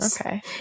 Okay